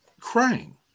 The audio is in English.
crying